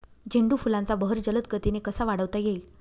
झेंडू फुलांचा बहर जलद गतीने कसा वाढवता येईल?